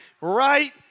right